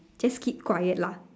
just keep quiet lah